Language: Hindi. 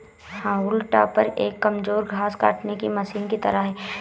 हाउल टॉपर एक कमजोर घास काटने की मशीन की तरह है